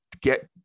get